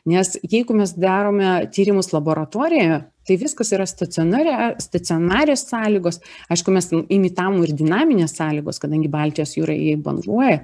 nes jeigu mes darome tyrimus laboratorijoje tai viskas yra stacionare stacionarios sąlygos aišku mes ten imitavom ir dinamines sąlygos kadangi baltijos jūra ji banguoja